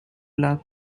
luck